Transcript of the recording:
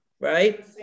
right